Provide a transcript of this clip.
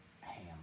ham